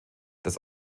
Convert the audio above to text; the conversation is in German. das